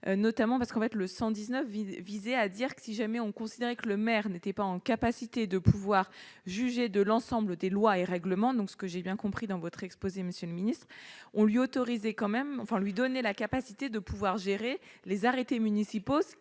notamment, parce qu'on va être le 119 visait à dire que si jamais on considérait que le maire n'était pas en capacité de pouvoir juger de l'ensemble des lois et règlements donc ce que j'ai bien compris dans votre exposé, Monsieur le Ministre on l'y autoriser quand même enfin lui donner la capacité de pouvoir gérer les arrêtés municipaux